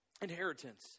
inheritance